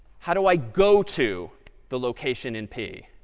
how do i go to the location in p?